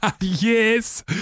Yes